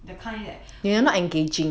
the kind that they